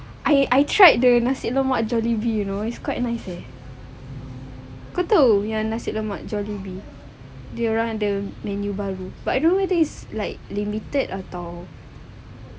I I tried the nasi lemak jollibee you know it's quite nice eh betul ya nasi lemak jollibee dia orang ada menu baru but I don't know whether it's like limited atau